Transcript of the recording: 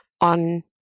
on